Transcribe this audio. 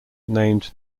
named